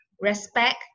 respect